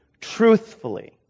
truthfully